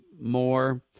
more